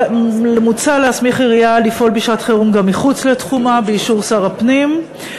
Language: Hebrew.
מוצע להסמיך עירייה לפעול בשעות חירום גם מחוץ לתחומה באישור שר הפנים,